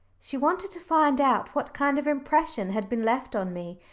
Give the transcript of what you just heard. she wanted to find out what kind of impression had been left on me,